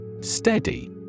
Steady